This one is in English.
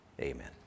amen